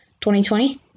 2020